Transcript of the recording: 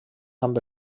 amb